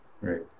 right